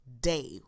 day